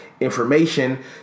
information